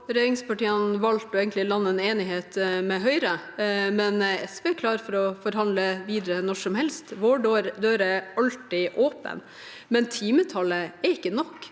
regjerings- partiene egentlig valgt å lande en enighet med Høyre, men SV er klar for å forhandle videre når som helst. Vår dør er alltid åpen. Timetallet er ikke nok.